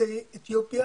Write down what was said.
יוצאי אתיופיה